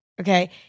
okay